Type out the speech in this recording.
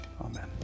Amen